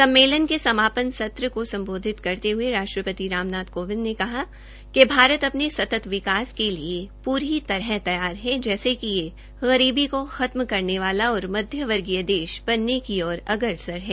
सम्मेलन के समापन सत्र को संबोधित करते हुए राष्ट्रपति रामनाथ कोविंद ने कहा कि भारत अपने सतत् विकास के लिए पूरी तरह तैयार है जैसे कि ये गरीबी को खत्म करने वाला और मध्य वर्गीय देश बनने की ओर अग्रसर है